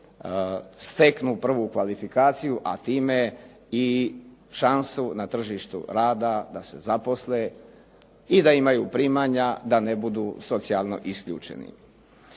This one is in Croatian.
steknu prvu kvalifikaciju, a time i šansu na tržištu rada da se zaposle i da imaju primanja i da ne budu socijalno isključeni.